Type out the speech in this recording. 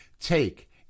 Take